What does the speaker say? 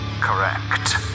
correct